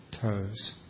toes